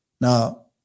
Now